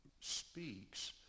speaks